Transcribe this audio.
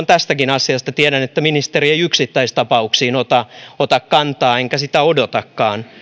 tästäkin asiasta tiedän että ministeri ei yksittäistapauksiin ota ota kantaa enkä sitä odotakaan